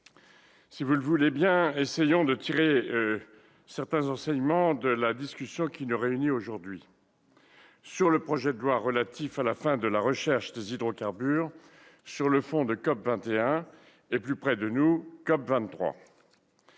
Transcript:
chers collègues, essayons de tirer certains enseignements de la discussion qui nous réunit aujourd'hui à propos du projet de loi relatif à la fin de la recherche des hydrocarbures, sur fond de COP21 et, plus près de nous, de COP23.